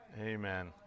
Amen